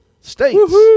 states